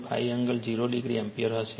5 angle 0 degree ampere હશે